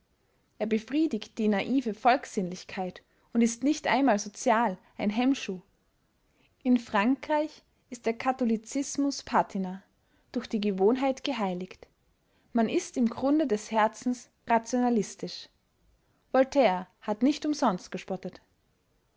er befriedigt die naive volkssinnlichkeit und ist nicht einmal sozial ein hemmschuh in frankreich ist der katholizismus patina durch die gewohnheit geheiligt man ist im grunde des herzens rationalistisch voltaire hat nicht umsonst gespottet